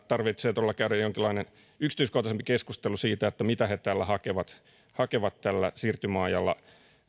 tarvitsee todella käydä jonkinlainen yksityiskohtaisempi keskustelu siitä mitä he hakevat hakevat tällä siirtymäajalla